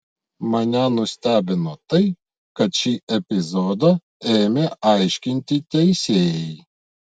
mane nustebino tai kad šį epizodą ėmė aiškinti teisėjai